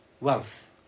wealth